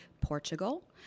Portugal